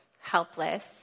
helpless